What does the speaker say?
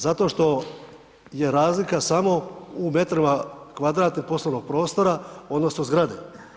Zato što jer razlika samo u metrima kvadratnim poslovnog prostora odnosno zgrade.